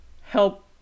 help